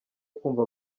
kumva